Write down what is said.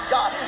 God